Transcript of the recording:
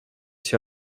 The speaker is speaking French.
sur